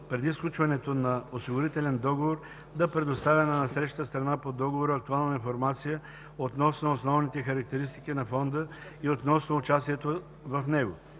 преди сключването на осигурителен договор да предоставя на насрещната страна по договора актуална информация относно основните характеристики на фонда и относно участието в него.